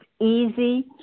easy